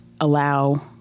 allow